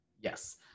Yes